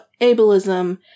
ableism